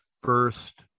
first